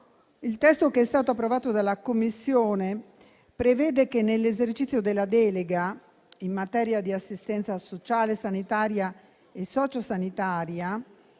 Il testo che è stato approvato dalla Commissione prevede che, nell'esercizio della delega in materia di assistenza sociale, sanitaria e sociosanitaria